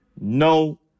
no